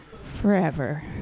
forever